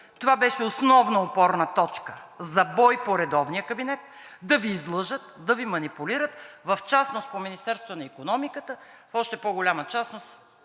това беше основна опорна точка за бой по редовния кабинет да Ви излъжат, да Ви манипулират в частност по Министерството на икономиката, в още по-голяма частност